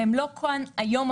והם לא כאן היום,